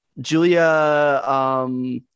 Julia